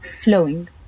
flowing